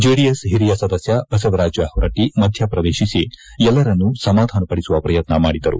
JDS ಒರಿಯ ಸದಸ್ಯ ಬಸವರಾಜ ಹೊರಟ್ಟ ಮಧ್ಯೆ ಪ್ರವೇಶಿಸಿ ಎಲ್ಲರನ್ನೂ ಸಮಾಧಾನಪಡಿಸುವ ಪ್ರಯತ್ನ ಮಾಡಿದರು